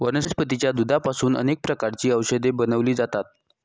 वनस्पतीच्या दुधापासून अनेक प्रकारची औषधे बनवली जातात